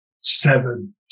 seven